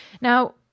Now